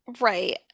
right